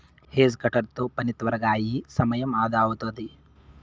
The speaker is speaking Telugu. హేజ్ కటర్ తో పని త్వరగా అయి సమయం అదా అవుతాది